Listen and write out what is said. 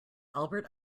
albert